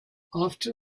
after